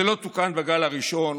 זה לא תוקן בגל הראשון